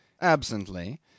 absently